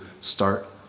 start